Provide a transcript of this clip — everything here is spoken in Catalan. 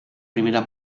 primera